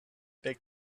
big